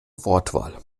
wortwahl